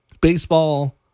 Baseball